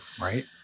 Right